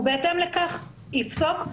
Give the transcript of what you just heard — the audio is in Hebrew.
ובהתאם לכך יפסוק.